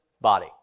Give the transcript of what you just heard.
body